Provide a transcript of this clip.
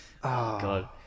God